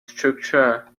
structure